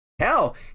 Hell